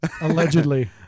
allegedly